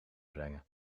brengen